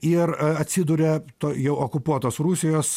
ir atsiduria jau okupuotos rusijos